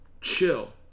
chill